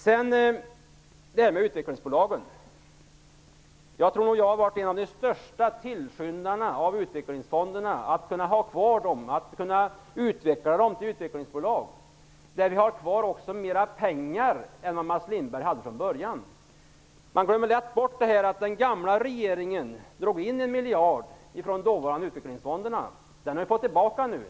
När det gäller utvecklingsbolagen har jag varit en av de största tillskyndarna av utvecklingsfonderna -- att kunna ha kvar och utveckla dem till utvecklingsbolag. Vi har också kvar mer pengar än vad Mats Lindberg hade från början. Man glömmer lätt bort att den gamla regeringen drog in 1 miljard från de dåvarande utvecklingsfonderna. Den har vi fått tillbaka nu.